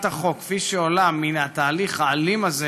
החוק כפי שהיא עולה מן התהליך האלים הזה,